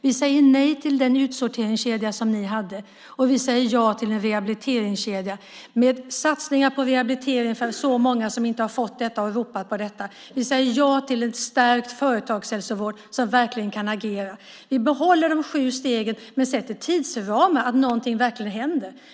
Vi säger nej till den utsorteringskedja som ni hade, och vi säger ja till en rehabiliteringskedja med satsningar på rehabilitering för så många som inte har fått detta men har ropat på detta. Vi säger ja till en stärkt företagshälsovård som verkligen kan agera. Vi behåller de sju stegen men sätter tidsramar så att någonting verkligen händer.